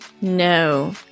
No